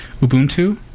Ubuntu